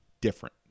different